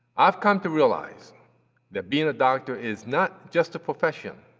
i've come to realize that being a doctor is not just a profession,